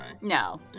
No